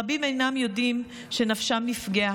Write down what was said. רבים אינם יודעים שנפשם נפגעה,